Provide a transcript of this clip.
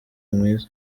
mwiza